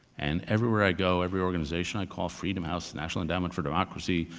and everywhere i go, every organization i call, freedom house, national endowment for democracy,